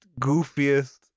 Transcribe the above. goofiest